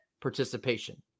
participation